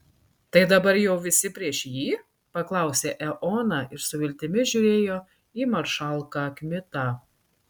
tai dabar jau visi prieš jį paklausė eoną ir su viltimi žiūrėjo į maršalką kmitą